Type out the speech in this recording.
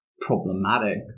problematic